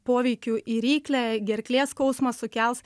poveikiu į ryklę gerklės skausmą sukels